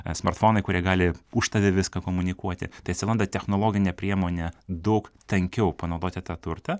smartfonai kurie gali už tave viską komunikuoti tai atsiranda technologinė priemonė daug tankiau panaudoti tą turtą